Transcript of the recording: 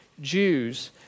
Jews